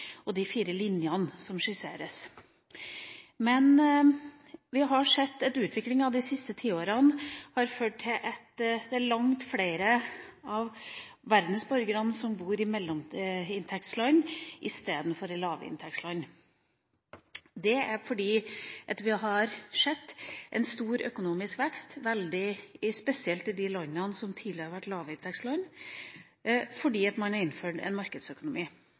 og de «fire linjer» som skisseres, men vi har sett at utviklinga de siste tiårene har ført til at langt flere av verdens borgere bor i mellominntektsland i stedet for i lavinntektsland. Det er fordi vi har sett en stor økonomisk vekst spesielt i de landene som tidligere har vært lavinntektsland, fordi man har innført en markedsøkonomi.